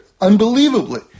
unbelievably